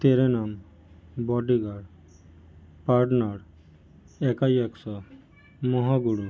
তেরে Naam bodyguard partner একাই একশো মহাগুরু